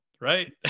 right